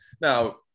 Now